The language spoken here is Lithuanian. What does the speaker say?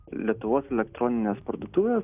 lietuvos elektroninės parduotuvės